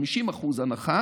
50% הנחה